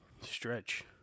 stretch